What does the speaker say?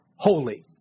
holy